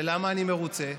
ולמה אני מרוצה?